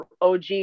OG